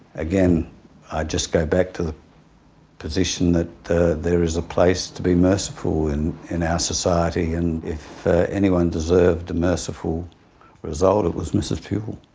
again i just go back to the position that there is a place to be merciful and in our society and if anyone deserved a merciful result it was mrs puhle.